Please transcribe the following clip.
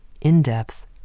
in-depth